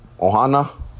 ohana